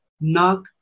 knock